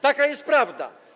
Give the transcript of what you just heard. Taka jest prawda.